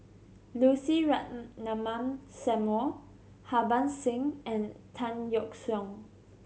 Lucy Ratnammah Samuel Harbans Singh and Tan Yeok Seong